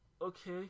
okay